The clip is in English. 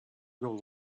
grow